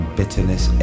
bitterness